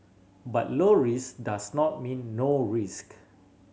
but low risk does not mean no risk